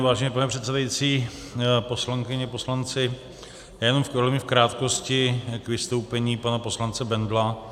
Vážený pane předsedající, poslankyně, poslanci, já jenom velmi v krátkosti k vystoupení pana poslance Bendla.